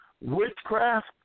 witchcraft